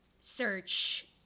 search